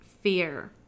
fear